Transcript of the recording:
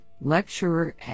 lecturer